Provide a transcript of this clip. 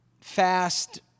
fast